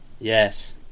Yes